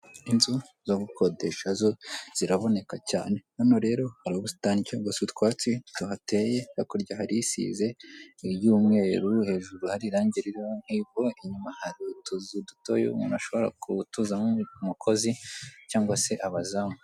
Inzu zo gukodesha zo ziraboneka cyane, hano rero hari ubusitani cyangwa utwatsi tuhateye, hakurya harisize iry'umweru hejuru hari irangi, inyuma hari utuzu duto umuntu ashobora kutuza umukozi cyangwa se abazamu.